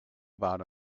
about